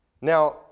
Now